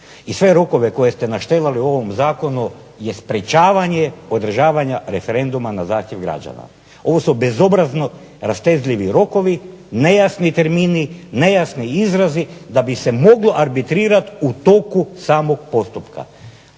i sve rokove koje ste naštelali u ovom zakonu je sprječavanje održavanja referenduma na zahtjev građana. Ovo su bezobrazno rastezljivi rokovi, nejasni termini, nejasni izrazi da bi se moglo arbitrirati u toku samog postupka.